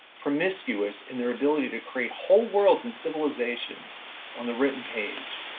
promiscuous in their ability to create whole worlds and civilizations on the written page,